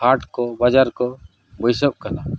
ᱦᱟᱴ ᱠᱚ ᱵᱟᱡᱟᱨ ᱠᱚ ᱵᱟᱹᱭᱥᱟᱹᱜ ᱠᱟᱱᱟ